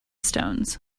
stones